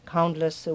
countless